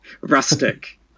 rustic